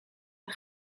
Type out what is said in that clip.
een